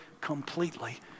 completely